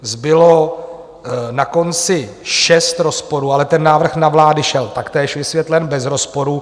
Zbylo na konci šest rozporů, ale ten návrh na vládu šel taktéž vysvětlen, bez rozporu.